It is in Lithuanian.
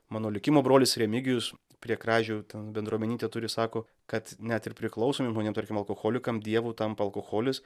mano likimo brolis remigijus prie kražių ten bendruomenytę turi sako kad net ir priklausomiem žmonėm tarkim alkoholikam dievu tampa alkoholis